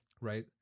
Right